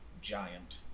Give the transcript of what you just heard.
giant